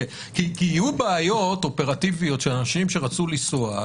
כי יהיו בעיות אופרטיביות של אנשים שרצו לנסוע,